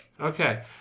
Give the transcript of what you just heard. Okay